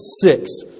six